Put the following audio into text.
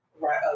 Right